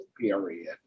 period